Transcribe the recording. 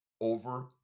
over